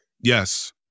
Yes